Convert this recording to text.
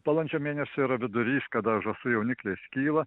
balandžio mėnesį yra vidurys kada žąsų jaunikliai skyla